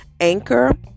Anchor